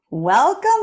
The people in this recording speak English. welcome